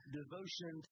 devotion